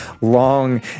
long